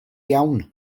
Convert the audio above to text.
iawn